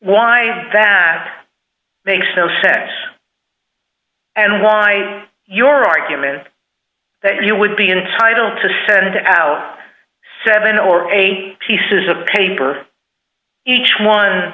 why that makes no sense and why your argument that you would be entitled to send out seven or eight pieces of paper each one